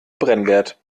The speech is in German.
brennwert